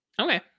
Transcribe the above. Okay